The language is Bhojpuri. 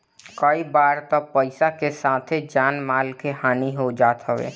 कई बार तअ पईसा के साथे जान माल के हानि हो जात हवे